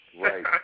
Right